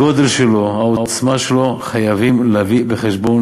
את הגודל שלו והעוצמה שלו חייבים להביא בחשבון